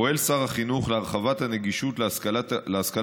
פועל שר החינוך להרחבת הנגישות של ההשכלה